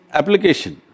application